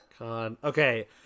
okay